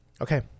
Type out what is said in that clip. Okay